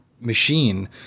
machine